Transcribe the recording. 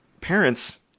parents